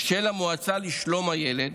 של המועצה לשלום הילד,